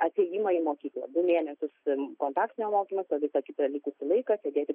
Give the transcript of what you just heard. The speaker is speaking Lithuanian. atėjimą į mokyklą du mėnesius kontaktinio mokymosi o visą kitą likusį laiką sėdėti